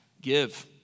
Give